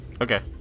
Okay